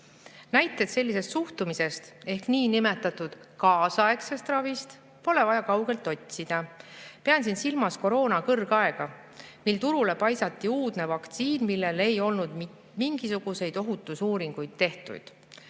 Näiteid sellise suhtumise ehk niinimetatud kaasaegse ravi kohta pole vaja kaugelt otsida. Pean siin silmas koroona kõrgaega, mil turule paisati uudne vaktsiin, mille puhul ei olnud mitte mingisuguseid ohutusuuringuid tehtud.